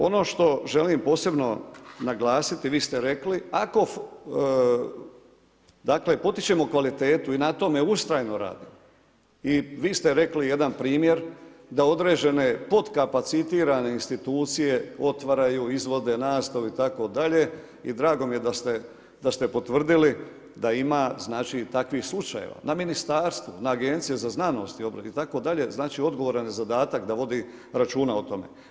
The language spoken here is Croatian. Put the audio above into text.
Ono što želim posebno naglasiti, i vi ste rekli, ako potičemo kvalitetu i na tome ustrajno radimo i vi ste rekli jedan primjer da određene podkapacitirane institucije otvaraju, izvode nastavu itd., i drago mi je da ste potvrdili da ima takvih slučaju, na ministarstvu, na Agenciji za znanost, itd., znači odgovaran je zadatak za vodi računa o tome.